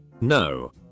No